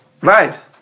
Vibes